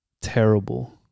terrible